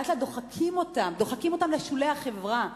לאט-לאט דוחקים אותם לשולי החברה,